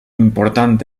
important